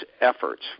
efforts